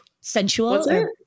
Sensual